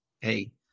Hey